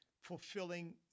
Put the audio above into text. fulfilling